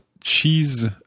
cheese